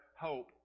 hope